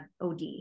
OD